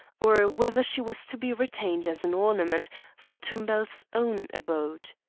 or whether she was to be retained as an ornament for tumbel's own abode.